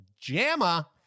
JAMA